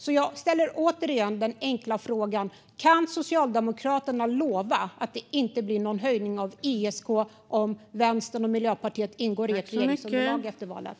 Därför ställer jag återigen den enkla frågan: Kan Socialdemokraterna lova att det inte blir någon höjning av skatten på ISK om Vänstern och Miljöpartiet ingår i regeringsunderlaget efter valet?